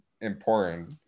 important